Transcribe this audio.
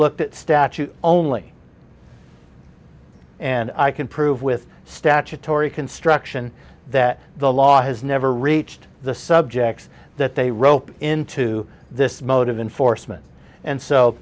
looked at statute only and i can prove with statutory construction that the law has never reached the subjects that they roped into this mode of enforcement and so